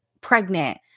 pregnant